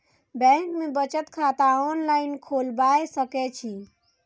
Bank में बचत खाता ऑनलाईन खोलबाए सके छी?